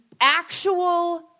Actual